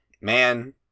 man